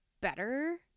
better